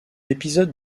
épisode